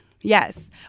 Yes